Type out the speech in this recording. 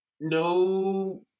no